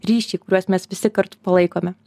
ryšiai kuriuos mes visi kartu palaikome